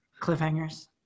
cliffhangers